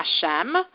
Hashem